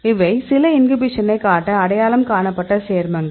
அவை சில இன்ஹிபிஷனை காட்ட அடையாளம் காணப்பட்ட சேர்மங்கள்